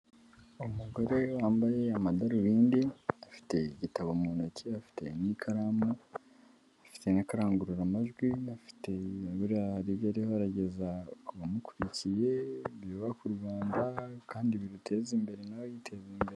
Umugore wambaye amadarubindi afite igitabo mu ntoki, afite n'ikaramu, afite n'akarangururamajwi, afite buririya hari ibyo ariho arageza ku bamukurikiye byubaka u Rwanda kandi biruteza imbere na we yiteze imbere.